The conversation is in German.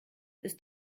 ist